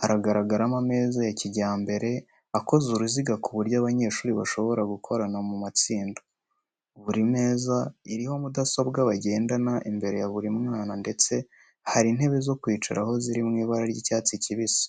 Haragaragaramo ameza ya kijyambere akoze uruziga, ku buryo abanyeshuri bashobora gukorana mu matsinda. Buri meza iriho mudasobwa bagendana imbere ya buri mwana ndetse hari n'intebe zo kwicaraho ziri mu ibara ry'icyatsi kibisi.